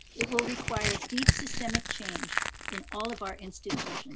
it will require deep systemic change in all of our institutions.